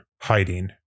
hiding